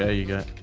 ah you get